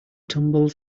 tumbles